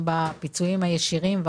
בפיצויים הישירים,